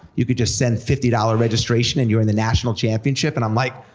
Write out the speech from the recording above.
you could just send fifty dollars registration and you're in the national championship, and i'm like,